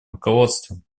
руководством